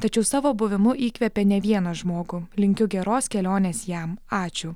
tačiau savo buvimu įkvepė ne vieną žmogų linkiu geros kelionės jam ačiū